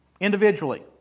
individually